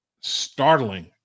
startling